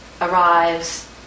arrives